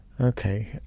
Okay